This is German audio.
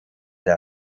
der